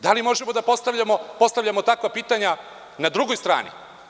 Da li možemo da postavljamo takva pitanja na drugoj strani?